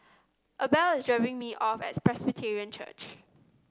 Abel is dropping me off at Presbyterian Church